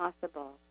possible